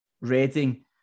Reading